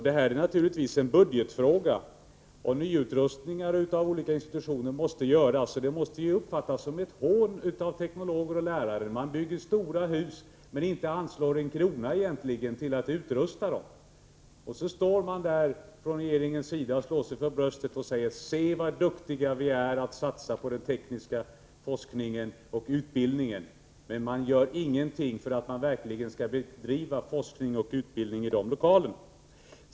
Detta är naturligtvis en budgetfråga. Nyutrustningar av olika institutioner måste ske. Det måste av teknologer och lärare uppfattas som ett hån att man bygger stora hus men egentligen inte anslår en krona till att utrusta dem. Sedan slår man sig för bröstet från regeringens sida och säger: Se vad duktiga vi är att satsa på den tekniska forskningen och utbildningen! — Men man gör ingenting för att det verkligen skall gå att bedriva forskning och utbildning i lokalerna.